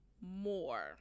more